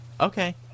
Okay